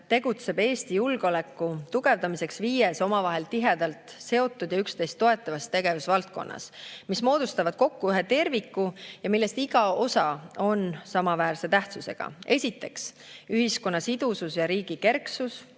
tegutseb Eesti julgeoleku tugevdamiseks viies omavahel tihedalt seotud ja üksteist toetavas tegevusvaldkonnas, mis moodustavad kokku ühe terviku ja millest iga osa on samaväärse tähtsusega. Esiteks, ühiskonna sidusus ja riigi kerksus,